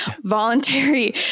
voluntary